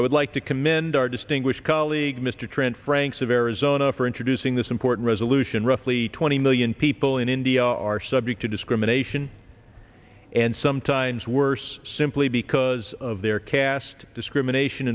i would like to commend our distinguished colleague mr trent franks of arizona for introducing this important resolution roughly twenty million people in india are subject to discrimination and sometimes worse simply because of their caste discrimination